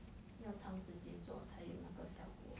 要长时间做才有那个效果